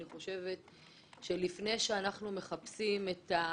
אני חושבת שלפני שמחפשים משהו,